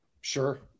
sure